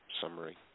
summary